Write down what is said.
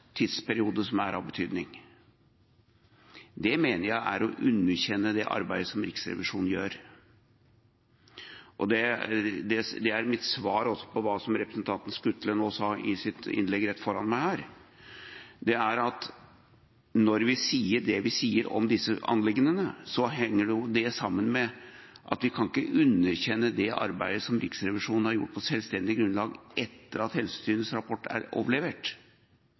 tidsperiode som er av betydning. Det mener jeg er å underkjenne det arbeidet som Riksrevisjonen gjør. Det er mitt svar også på det representanten Skutle nå sa i sitt innlegg rett før meg her, at når vi sier det vi sier om disse anliggendene, så henger det sammen med at vi ikke kan underkjenne det arbeidet som Riksrevisjonen har gjort på selvstendig grunnlag etter at Helsetilsynets rapport er overlevert.